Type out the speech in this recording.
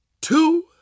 two